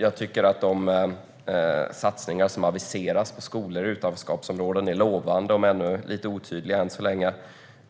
Jag tycker att de satsningar som har aviserats på skolor i utanförskapsområden är lovande om än lite otydliga än så länge.